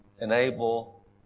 enable